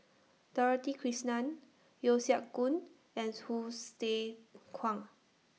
Dorothy Krishnan Yeo Siak Goon and Hsu Tse Kwang